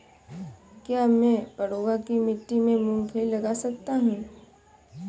क्या मैं पडुआ की मिट्टी में मूँगफली लगा सकता हूँ?